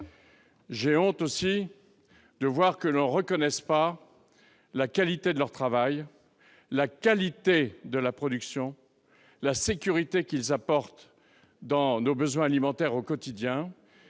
J'ai honte de voir que l'on ne reconnaît pas la qualité de leur travail, la qualité de la production, la sécurité qu'ils apportent à nos besoins alimentaires au quotidien.